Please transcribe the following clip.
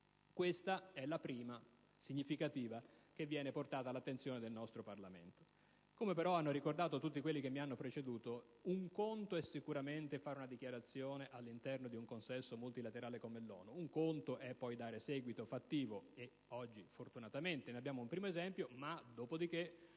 questa è la prima significativa che viene portata all'attenzione del nostro Parlamento. Come però hanno ricordato tutti quelli che mi hanno preceduto, un conto è fare una dichiarazione all'interno di un consesso multilaterale come l'ONU e un altro è poi dare un seguito fattivo, di cui oggi fortunatamente abbiamo un primo esempio.